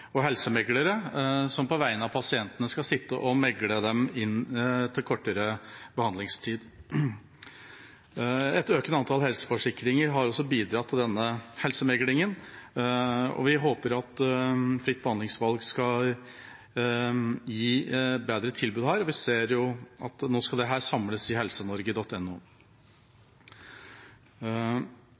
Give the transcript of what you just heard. helsemeglere som på vegne av pasientene skal sitte og megle dem inn til kortere behandlingstid. Et økende antall helseforsikringer har også bidratt til denne helsemeglingen. Vi håper at fritt behandlingsvalg skal gi et bedre tilbud her, og vi ser jo at dette nå skal samles i helsenorge.no. Det er også snakk om privatisering i